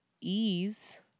ease